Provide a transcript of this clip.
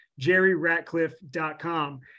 jerryratcliffe.com